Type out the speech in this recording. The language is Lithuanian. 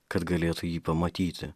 kad galėtų jį pamatyti